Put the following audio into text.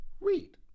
Read